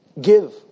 give